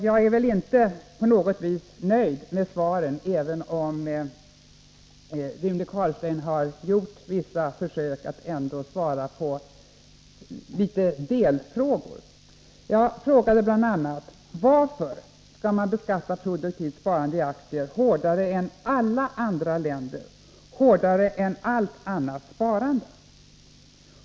Jag är inte nöjd med svaren, även om Rune Carlstein har gjort vissa försök att svara på några delfrågor. Jag frågade bl.a.: Varför skall man beskatta produktivt sparande i aktier hårdare här än i alla andra länder, hårdare än för allt annat sparande?